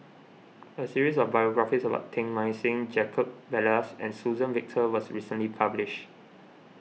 a series of biographies about Teng Mah Seng Jacob Ballas and Suzann Victor was recently published